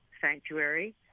sanctuary